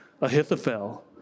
Ahithophel